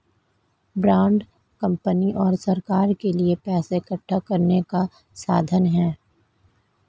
bond company और सरकार के लिए पैसा इकठ्ठा करने का साधन है